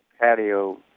patio